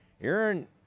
Aaron